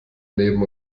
neben